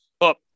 up